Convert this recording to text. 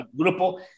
Grupo